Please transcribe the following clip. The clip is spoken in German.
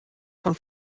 von